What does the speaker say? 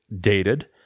dated